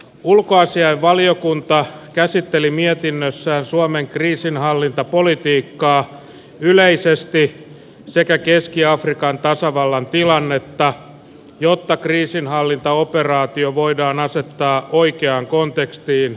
ulkoasiainvaliokunta käsitteli mietinnössään sekä suomen kriisinhallintapolitiikkaa yleisesti että keski afrikan tasavallan tilannetta jotta kriisinhallintaoperaatio voidaan asettaa oikeaan kontekstiin ja mittasuhteisiin